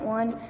one